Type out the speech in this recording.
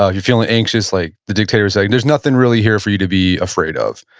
ah you're feeling anxious, like the dictator saying, there's nothing really here for you to be afraid of.